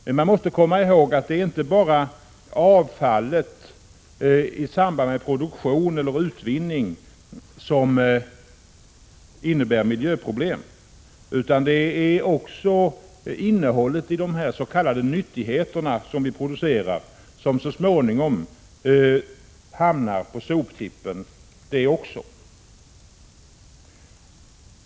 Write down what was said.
Man måste komma ihåg att det inte bara är avfallet i samband med produktion eller utvinning som innebär miljöproblem, utan det är också innehållet i de s.k. nyttigheterna som vi producerar som så småningom hamnar på soptippen.